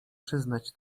przyznać